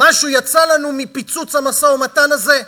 משהו יצא לנו מפיצוץ המשא-ומתן הזה?